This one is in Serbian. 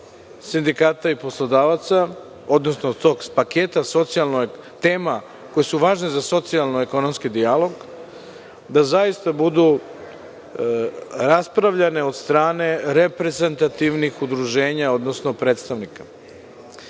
sindikata i poslodavaca, odnosno tog paketa tema koje su važne za socijalno-ekonomski dijalog, da zaista budu raspravljane od strane reprezentativnih udruženja, odnosno predstavnika. Gospodin